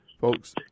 Folks